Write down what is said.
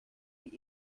die